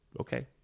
okay